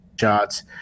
shots